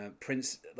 Prince